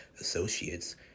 associates